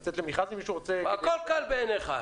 לצאת למכרז אם מישהו רוצה --- הכול קל בעיניך.